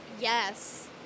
yes